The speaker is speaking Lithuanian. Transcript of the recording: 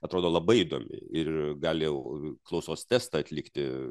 atrodo labai įdomi ir gali jau klausos testą atlikti